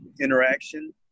interaction